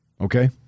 Okay